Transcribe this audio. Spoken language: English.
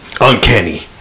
uncanny